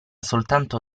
soltanto